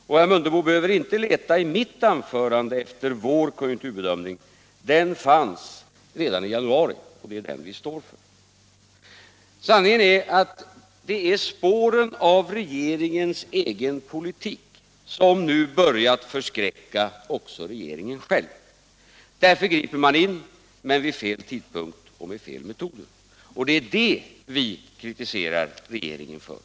Herr Mundebo behöver inte leta i mitt anförande efter vår konjunkturbedömning — den fanns redan i januari och det är den vi står för. Sanningen är att det är spåren av regeringens egen politik som nu börjat förskräcka också regeringen själv. Därför griper man in, men vid fel tidpunkt och med fel metod. Det är det vi kritiserar regeringen för.